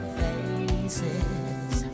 faces